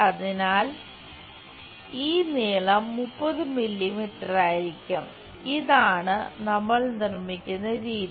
അതിനാൽ ഈ നീളം 30 മില്ലീമീറ്ററായിരിക്കും ഇതാണ് നമ്മൾ നിർമ്മിക്കുന്ന രീതി